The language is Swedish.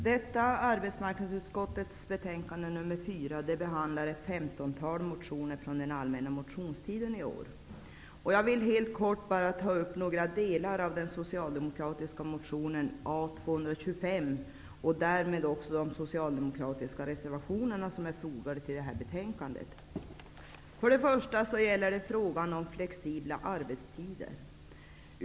Herr talman! I arbetsmarknadsutskottets betänkande nr 4 behandlas ett femtontal motioner från den allmänna motionstiden. Jag vill helt kort ta upp bara några delar av den socialdemokratiska motionen A225 och därmed också de socialdemokratiska reservationer som är fogade till detta betänkande. För det första vill jag ta upp frågan om flexibla arbetstider.